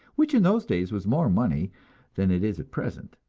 which in those days was more money than it is at present.